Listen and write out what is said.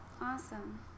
Awesome